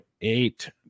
eight